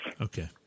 Okay